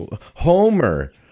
Homer